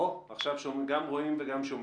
עכשיו גם רואים וגם שומעים.